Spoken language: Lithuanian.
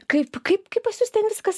kaip kaip kaip pas jus ten viskas